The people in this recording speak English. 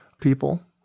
people